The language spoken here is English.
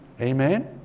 amen